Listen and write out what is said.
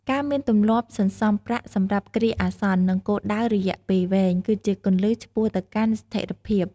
ការមានទម្លាប់សន្សំប្រាក់សម្រាប់គ្រាអាសន្ន និងគោលដៅរយៈពេលវែង គឺជាគន្លឹះឆ្ពោះទៅកាន់ស្ថិរភាព។